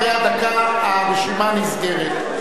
אחרי הדקה, הרשימה נסגרת.